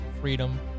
freedom